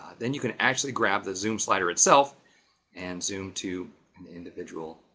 then you can actually grab the zoom slider itself and zoom to individual.